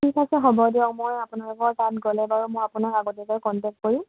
ঠিক আছে হ'ব দিয়ক মই আপোনাকৰ তাত গ'লে বাৰু মই আপোনাক আগতীয়াকৈ কনটেক্ট কৰিম